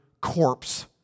corpse